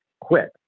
quit